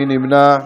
מי נמנע?